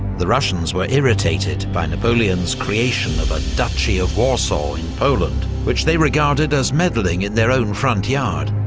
the russians were irritated by napoleon's creation of a duchy of warsaw in poland, which they regarded as meddling in their own front yard.